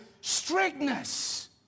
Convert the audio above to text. strictness